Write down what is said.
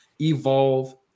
evolve